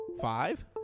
Five